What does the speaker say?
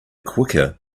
quicker